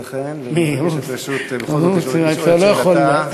לכן ומבקשת רשות בכל זאת לשאול את שאלתה.